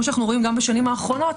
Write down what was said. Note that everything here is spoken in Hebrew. כמו שאנחנו רואים גם בשנים האחרונות,